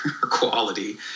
quality